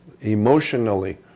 emotionally